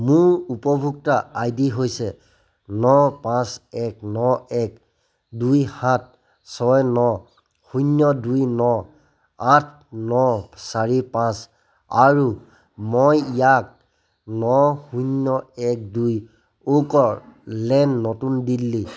মোৰ উপভোক্তা I D হৈছে ন পাঁচ এক ন এক দুই সাত ছয় ন শূন্য দুই ন আঠ ন চাৰি পাঁচ আৰু মই ইয়াক ন শূন্য এক দুই ওক লেন নতুন দিল্লী